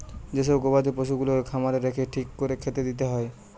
যে সব গবাদি পশুগুলাকে খামারে রেখে ঠিক কোরে খেতে দিতে হয়